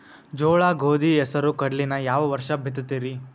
ಜೋಳ, ಗೋಧಿ, ಹೆಸರು, ಕಡ್ಲಿನ ಯಾವ ವರ್ಷ ಬಿತ್ತತಿರಿ?